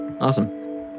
Awesome